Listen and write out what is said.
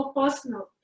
personal